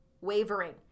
wavering